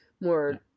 more